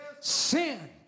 Sin